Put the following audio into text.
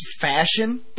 fashion